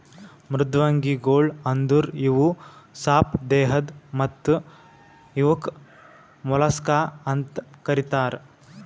ಮೃದ್ವಂಗಿಗೊಳ್ ಅಂದುರ್ ಇವು ಸಾಪ್ ದೇಹದ್ ಮತ್ತ ಇವುಕ್ ಮೊಲಸ್ಕಾ ಅಂತ್ ಕರಿತಾರ್